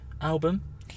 album